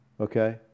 Okay